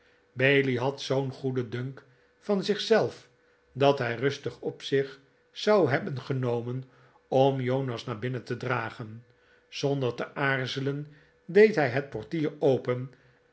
bailey had zoo'n goeden dunk van zich zelf dat hij rustig op zich zou hebben genomen om jonas naar binnen te dragen zonder te aarzelen deed hij het portier open